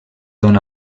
dona